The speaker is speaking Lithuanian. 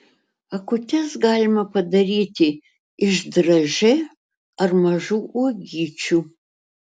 akutes galima padaryti iš dražė ar mažų uogyčių